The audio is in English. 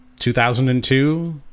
2002